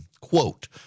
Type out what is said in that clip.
Quote